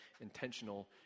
intentional